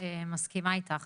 מסכימה איתך,